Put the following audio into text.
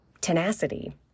tenacity